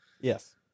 Yes